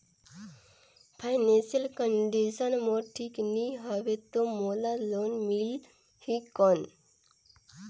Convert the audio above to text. Financial condition मोर ठीक नी हवे तो मोला लोन मिल ही कौन??